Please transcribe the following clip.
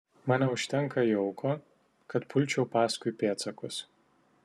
man neužtenka jauko kad pulčiau paskui pėdsakus